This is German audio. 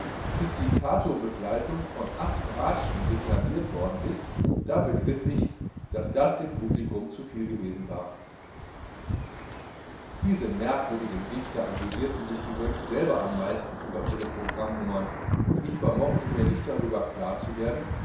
pizzicatobegleitung von acht bratschen deklamiert worden ist da begriff ich daß das dem publikum zu viel gewesen war diese merkwürdigen dichter amüsierten sich übrigens selber am meisten über ihre programmnummern und ich vermochte mir nicht darüber klar zu werden